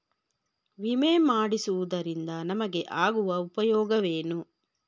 ವಿಮೆ ಮಾಡಿಸುವುದರಿಂದ ನಮಗೆ ಆಗುವ ಉಪಯೋಗವೇನು?